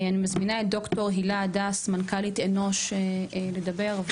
אני מזמינה את ד"ר הלה הדס, מנכ"לית "אנוש" לדבר.